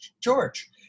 George